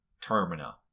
Termina